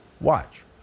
Watch